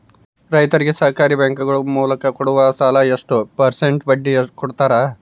ರೈತರಿಗೆ ಸಹಕಾರಿ ಬ್ಯಾಂಕುಗಳ ಮೂಲಕ ಕೊಡುವ ಸಾಲ ಎಷ್ಟು ಪರ್ಸೆಂಟ್ ಬಡ್ಡಿ ಕೊಡುತ್ತಾರೆ?